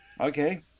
Okay